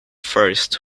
first